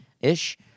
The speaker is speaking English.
ish